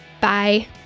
Bye